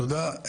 תודה.